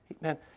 Man